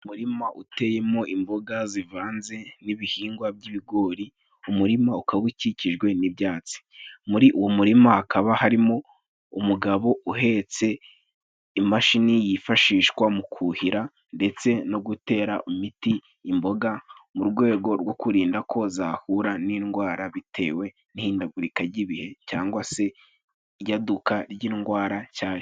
Umurima uteyemo imboga zivanze n'ibihingwa by'ibigori, umurima ukaba ukikijwe n'ibyatsi. Muri uwo murima hakaba harimo umugabo uhetse imashini yifashishwa mu kuhira ndetse no gutera imiti imboga, mu rwego rwo kurinda ko zahura n'indwara, bitewe n'ihindagurika ry'ibihe cyangwa se iyaduka ry'indwara nshyashya.